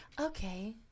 okay